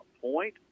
point